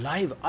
Live